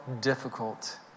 difficult